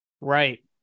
Right